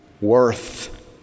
worth